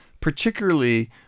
particularly